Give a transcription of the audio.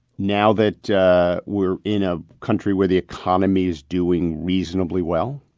now that we're in a country where the economy is doing reasonably well,